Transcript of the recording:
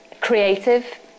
creative